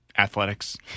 athletics